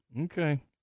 Okay